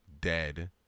dead